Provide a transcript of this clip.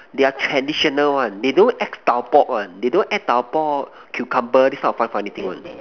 they are traditional one they don't add tau pok one they don't add tau pok cucumber this kind of funny funny thing one